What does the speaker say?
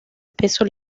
peso